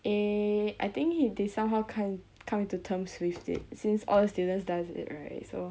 eh I think he they somehow come come into terms with it since all students does it right so